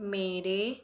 ਮੇਰੇ